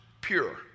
pure